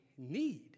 Need